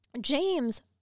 James